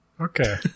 Okay